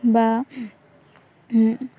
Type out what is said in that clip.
বা